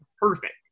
perfect